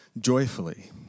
joyfully